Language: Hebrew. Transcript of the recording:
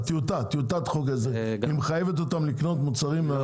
טיוטת חוק ההסדרים מחייבת אותם לקנות מוצרים?